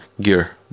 gear